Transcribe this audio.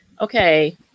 okay